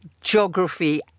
geography